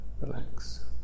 relax